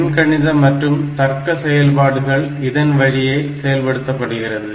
எண்கணித மற்றும் தர்க்க செயல்பாடுகள் இதன் வழியே செயல்படுத்தப்படுகிறது